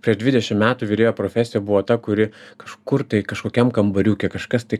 prieš dvidešim metų virėjo profesija buvo ta kuri kažkur tai kažkokiam kambariuke kažkas tai